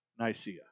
Nicaea